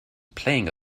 playing